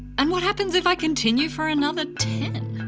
and what happens if i continue for another ten?